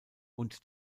und